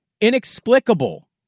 inexplicable